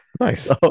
nice